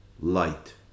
light